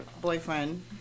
boyfriend